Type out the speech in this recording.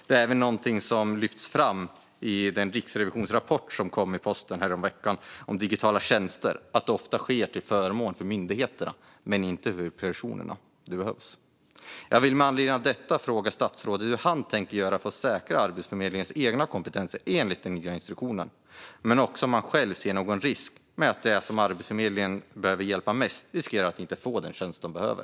Detta lyfts fram i den rapport från Riksrevisionen som kom i posten häromveckan och som handlar om digitala tjänster, som ofta sker till förmån för myndigheterna och inte för de personer som berörs. Jag vill med anledning av detta fråga statsrådet: Hur tänker han göra för att säkra Arbetsförmedlingens egna kompetenser enligt den nya instruktionen, och ser han själv någon risk med att de som behöver Arbetsförmedlingens hjälp mest riskerar att inte få den tjänst de behöver?